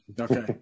Okay